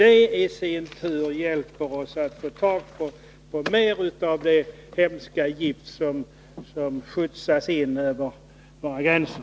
Det i sin tur hjälper oss att lägga beslag på mer av det hemska gift som skjutsas in över våra gränser.